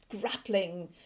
grappling